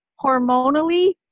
hormonally